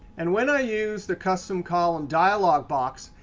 and when i use the custom column dialog box,